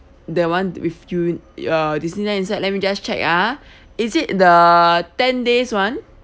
the [one] with u~ uh disneyland inside let me just check ah is it the ten days [one]